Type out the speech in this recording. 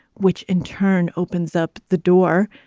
which in turn opens up the door.